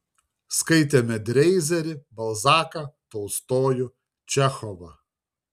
skaitėme dreizerį balzaką tolstojų čechovą